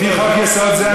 לפי חוק-יסוד זה,